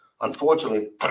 unfortunately